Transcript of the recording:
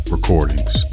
Recordings